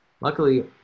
luckily